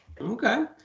Okay